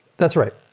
that's right.